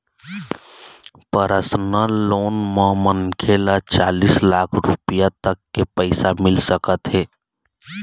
personal loan म मनखे ल चालीस लाख रूपिया तक के पइसा मिल सकत हे